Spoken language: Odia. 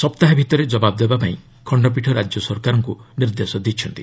ସପ୍ତାହେ ଭିତରେ ଜବାବ ଦେବାକୁ ଖଶ୍ଚପୀଠ ରାଜ୍ୟ ସରକାରଙ୍କୁ ନିର୍ଦ୍ଦେଶ ଦେଇଛନ୍ତି